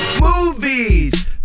Movies